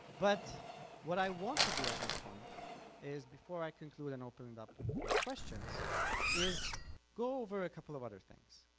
but what i want to do at this point is before i conclude an open and up for questions is go over a couple of other things.